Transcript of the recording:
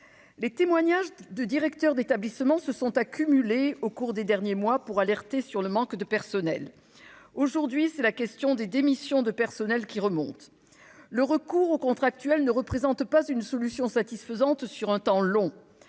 Les témoignages de directeurs d'établissements se sont accumulés au cours des derniers mois pour alerter sur le manque de personnel. Aujourd'hui, c'est la question des démissions qui remonte. Le recours aux contractuels ne représente pas une solution satisfaisante à long